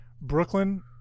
Brooklyn